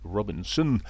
Robinson